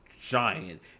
giant